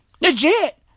Legit